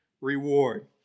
reward